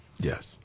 Yes